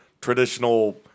traditional